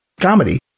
comedy